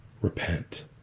repent